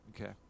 Okay